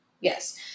Yes